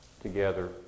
together